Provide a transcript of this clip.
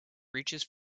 reaches